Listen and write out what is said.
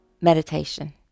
meditation